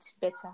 better